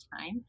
time